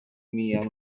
mian